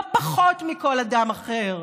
לא פחות מכל אדם אחר.